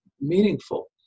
meaningful